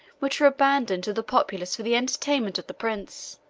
which were abandoned to the populace for the entertainment of the prince.